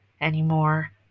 anymore